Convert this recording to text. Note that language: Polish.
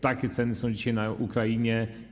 Takie ceny są dzisiaj w Ukrainie.